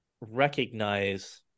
recognize